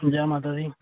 जै माता दी